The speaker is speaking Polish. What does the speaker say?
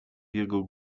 jego